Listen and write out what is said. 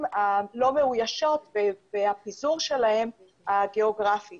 הלא מאוישות והפיזור הגיאוגרפי שלהן.